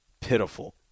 pitiful